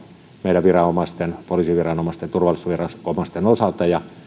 meidän viranomaisten poliisiviranomaisten turvallisuusviranomaisten osalta ja